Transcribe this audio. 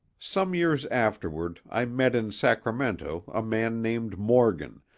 some years afterward i met in sacramento a man named morgan,